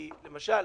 כי, למשל,